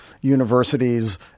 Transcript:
universities